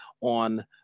on